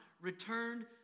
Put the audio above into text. returned